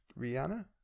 Rihanna